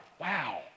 Wow